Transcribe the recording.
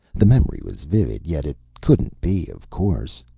the memory was vivid, yet it couldn't be, of course.